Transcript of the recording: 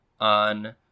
on